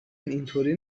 اینطوری